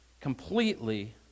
completely